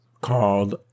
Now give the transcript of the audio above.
called